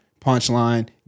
punchline